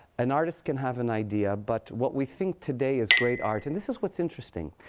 an artist can have an idea. but what we think today is great art and this is what's interesting.